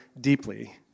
deeply